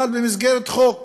אבל במסגרת חוק.